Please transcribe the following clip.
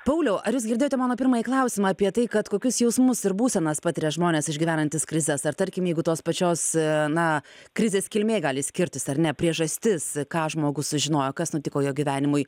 pauliau ar jūs girdėjote mano pirmąjį klausimą apie tai kad kokius jausmus ir būsenas patiria žmonės išgyvenantys krizes ar tarkim jeigu tos pačios na krizės kilmė gali skirtis ar ne priežastis ką žmogus sužinojo kas nutiko jo gyvenimui